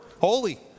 holy